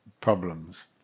problems